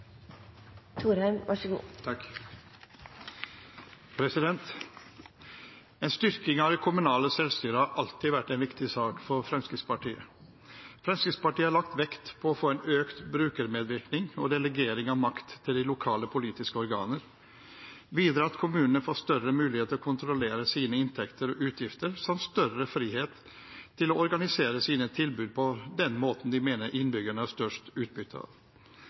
En styrking av det kommunale selvstyret har alltid vært en viktig sak for Fremskrittspartiet. Fremskrittspartiet har lagt vekt på å få en økt brukermedvirkning og delegering av makt til de lokale politiske organer, og at kommunene får større mulighet til å kontrollere sine inntekter og utgifter samt større frihet til å organisere sine tilbud på den måten de mener at innbyggerne har størst utbytte av dem. Det er i denne saken fremsatt tre forslag som alle går på grunnlovfesting av